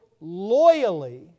loyally